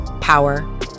power